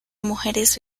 mujeres